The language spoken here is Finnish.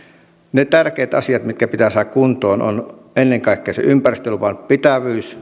ne tärkeät asiat mitkä pitää saada kuntoon ovat ennen kaikkea se ympäristöluvan pitävyys